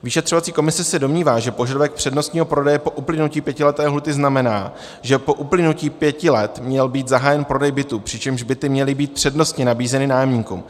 Vyšetřovací komise se domnívá, že požadavek přednostního prodeje po uplynutí pětileté lhůty znamená, že po uplynutí pěti let měl být zahájen prodej bytů, přičemž byty měly být přednostně nabízeny nájemníkům.